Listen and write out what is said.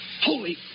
Holy